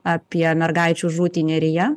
apie mergaičių žūtį neryje